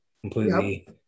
completely